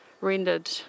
rendered